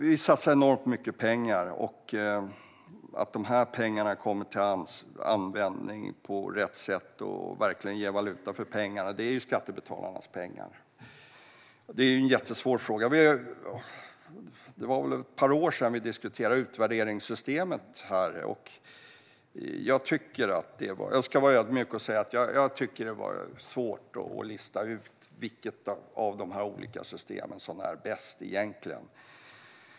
Vi satsar enormt mycket av skattebetalarnas pengar, och att de kommer till användning på rätt sätt och verkligen ger valuta är en jättesvår fråga. Det är väl ett par år sedan vi diskuterade utvärderingssystemet här. Jag ska vara ödmjuk och säga att jag tycker att det var svårt att lista ut vilket av de olika systemen som egentligen är bäst.